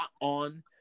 on